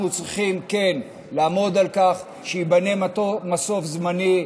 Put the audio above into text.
אנחנו צריכים כן לעמוד על כך שייבנה מסוף זמני.